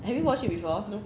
have you watched it before